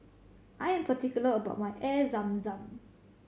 I am particular about my Air Zam Zam